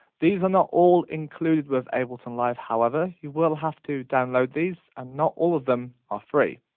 these are not all included with ableton live, however you will have to download these, and not all of them are free.